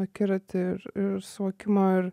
akiratį ir suvokimą ir